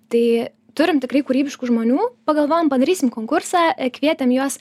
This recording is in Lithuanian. tai turim tikrai kūrybiškų žmonių pagalvojom padarysim konkursą kvietėm juos